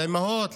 על האימהות,